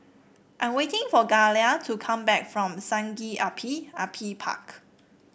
I'm waiting for Gayla to come back from Sungei Api Api Park